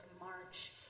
March